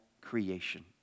creation